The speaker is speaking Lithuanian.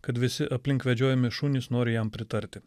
kad visi aplink vedžiojami šunys nori jam pritarti